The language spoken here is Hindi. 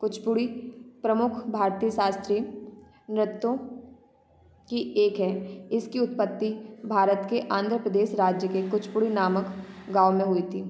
कुचपुड़ी प्रमुख भारतीय शास्त्रीय नृत्यों की एक हैं इसकी उत्पत्ति भारत के आंध्र प्रदेश राज्य के कुचपुड़ी नामक गाँव में हुई थी